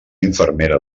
infermera